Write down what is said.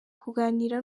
kuganira